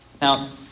Now